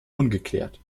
ungeklärt